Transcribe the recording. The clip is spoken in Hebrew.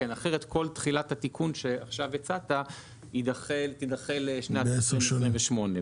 אחרת כל תחילת התיקון שעכשיו הצעת תידחה לשנת 2028,